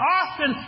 often